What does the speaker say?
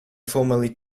formerly